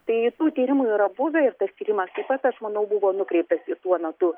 tai tų tyrimų yra buvę ir tas tyrimas taip pat aš manau buvo nukreiptas į tuo metu